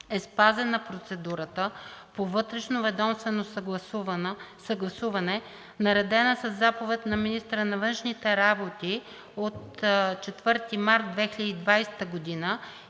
е спазена процедурата по вътрешноведомствено съгласуване, наредена със заповед на министъра на външните работи от 4 март 2020 г.,